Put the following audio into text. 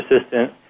assistant